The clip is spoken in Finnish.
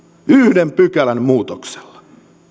yhden pykälän muutoksella